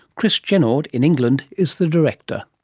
chris jenord in england is the director.